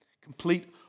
Complete